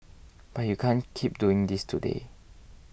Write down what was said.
but you can't keep doing this today